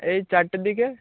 এই চারটের দিকে